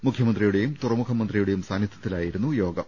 മുഖ്യ മന്ത്രിയുടെയും തുറമുഖ മന്ത്രിയുടെയും സാന്നിധ്യത്തിലായിരുന്നു യോഗം